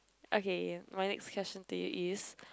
okay my next question to you is